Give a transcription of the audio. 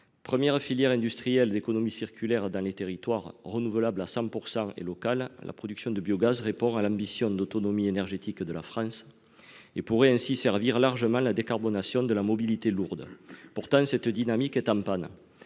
Première filière industrielle d'économie circulaire dans les territoires, renouvelable et à 100 % locale, la production de biogaz répond à l'ambition d'autonomie énergétique de la France et pourrait ainsi servir largement la décarbonation de la mobilité lourde. Pourtant, cette dynamique est en panne.